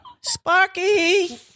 Sparky